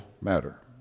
matter